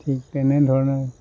ঠিক তেনেধৰণৰ